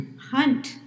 hunt